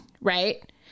right